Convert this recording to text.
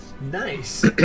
Nice